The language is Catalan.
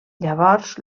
llavors